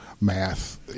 math